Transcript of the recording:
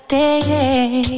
day